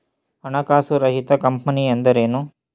ಹಣಕಾಸು ರಹಿತ ಕಂಪನಿ ಎಂದರೇನು?